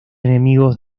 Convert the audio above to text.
enemigos